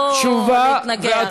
לא להתנגח.